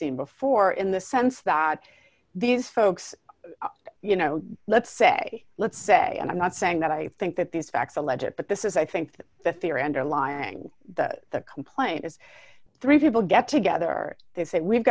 seen before in the sense that these folks you know let's say let's say i'm not saying that i think that these facts a legit but this is i think the theory underlying the complaint is three people get together they say we've